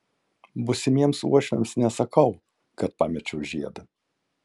būsimiems uošviams nesakau kad pamečiau žiedą